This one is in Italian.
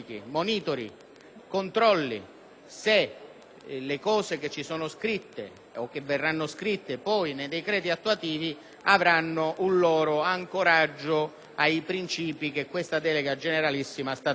controlli se le cose che ci sono scritte o che verranno scritte nei decreti attuativi avranno un loro ancoraggio ai principi che questa delega generalissima sta dando.